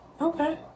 okay